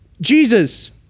Jesus